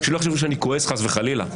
שלא יחשבו שאני כועס חס וחלילה.